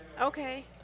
Okay